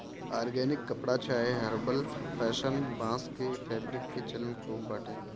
organic कपड़ा चाहे herbal fashion, बांस के फैब्रिक के चलन खूब बाटे